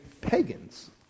pagans